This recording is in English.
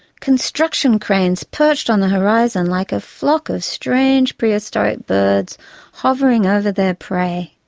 construction cranes perched on the horizon like a flock of strange prehistoric birds hovering over their prey.